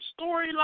storyline